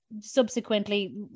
subsequently